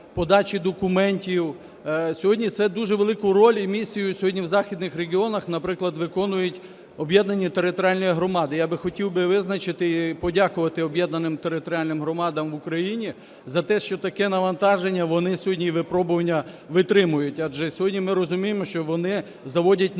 подачі документів. Сьогодні, цю дуже велику роль і місію сьогодні в західних регіонах, наприклад, виконують об'єднані територіальні громади. Я хотів би визначити, подякувати об'єднаним територіальним громадам в Україні за те, що таке навантаження вони сьогодні і випробування витримують, адже сьогодні ми розуміємо, що вони заводять новий